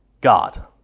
God